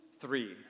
Three